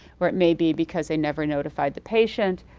or it may be because they never notified the patient,